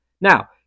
Now